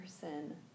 person